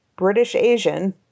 British-Asian